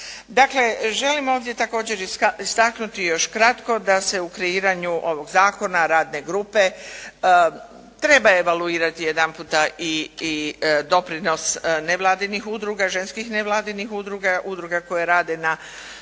Dakle želim ovdje također istaknuti još kratko, da se u kreiranju ovog zakona, radne grupe, treba evaluirati jedanputa i doprinos nevladinih udruga, ženskih nevladinih udruga, udruga koje rade na